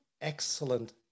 excellent